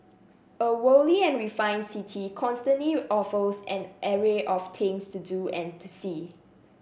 a worldly and refined city constantly offers an array of things to do and to see